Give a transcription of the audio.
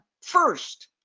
first